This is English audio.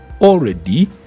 already